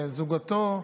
זוגתו,